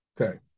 Okay